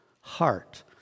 Heart